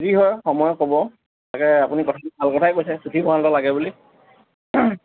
যি হয় সময়ে ক'ব তাকে আপুনি কথাটো ভাল কথাই কৈছে পুথিভঁৰাল এটা লাগে বুলি